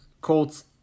Colts